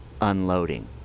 unloading